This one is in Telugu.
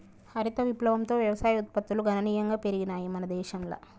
హరిత విప్లవంతో వ్యవసాయ ఉత్పత్తులు గణనీయంగా పెరిగినయ్ మన దేశంల